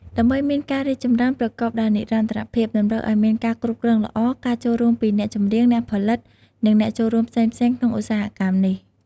ដើម្បីមានការរីកចម្រើនប្រកបដោយនិរន្តរភាព តម្រូវឲ្យមានការគ្រប់គ្រងល្អ ការចូលរួមពីអ្នកចម្រៀង អ្នកផលិត និងអ្នកចូលរួមផ្សេងៗក្នុងឧស្សាហកម្មនេះ។